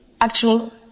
actual